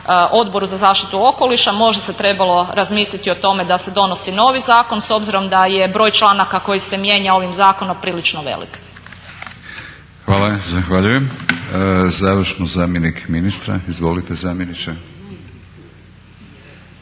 Odboru za zaštitu okoliša možda se trebalo razmisliti o tome da se donosi novi zakon s obzirom da je broj članaka koji se mijenja ovim zakonom prilično velik. **Batinić, Milorad (HNS)** Hvala. Zahvaljujem. Završno zamjenik ministra, izvolite zamjeniče.